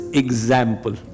example